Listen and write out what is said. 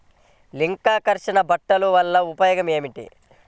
లింగాకర్షక బుట్టలు వలన ఉపయోగం ఏమిటి?